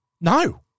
No